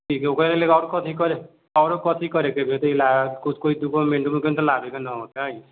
ठीक ओकरा लेल एगो आओर कथि करए आओरो कथि करएके हेतै किछु डॉक्युमेन्ट वाकुमेन्ट लाबएके तऽ नहि होतै